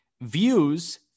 Views